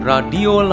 Radio